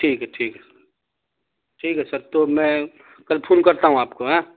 ٹھیک ہے ٹھیک ہے ٹھیک ہے سر تو میں کل فون کرتا ہوں آپ کو ہیں